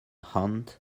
hand